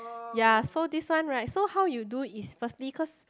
ya so this one right so how you do is firstly cause